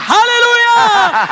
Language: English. Hallelujah